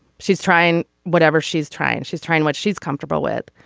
she's trying whatever she's trying. she's trying what she's comfortable with.